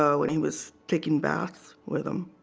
so when he was taking baths with him,